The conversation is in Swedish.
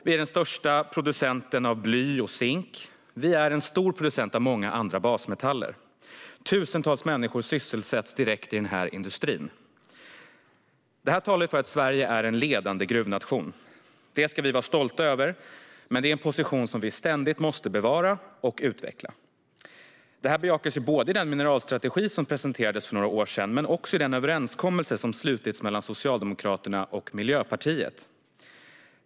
Vi är den största producenten av bly och zink och en stor producent av många andra basmetaller. Tusentals människor sysselsätts direkt i den här industrin. Det talar för att Sverige är en ledande gruvnation. Det ska vi vara stolta över. Men det är en position som vi ständigt måste arbeta för att bevara och utveckla. Det bejakas både i den mineralstrategi som presenterades för några år sedan och i den överenskommelse som slutits mellan Socialdemokraterna och Miljöpartiet.